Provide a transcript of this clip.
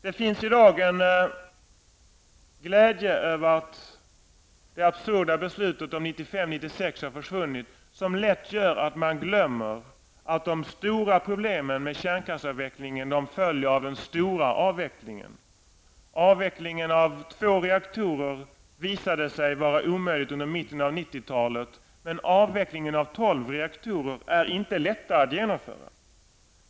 Det finns i dag en glädje över att det absurda beslutet om 1995/96 har försvunnit, som lätt gör att man glömmer att de stora problemen med kärnkraftsavvecklingen följer av den stora avvecklingen. En avveckling av två reaktorer visade sig vara omöjlig i mitten av 1990 talet, men avveckling av tolv reaktorer är inte lättare att genomföra.